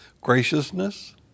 graciousness